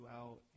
out